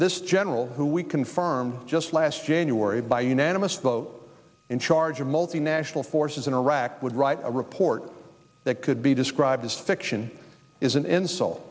this general who we confirmed just last january by unanimous vote in charge of multinational forces in iraq would write a report that could be described as fiction is an insult